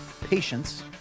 patience